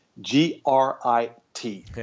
G-R-I-T